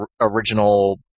original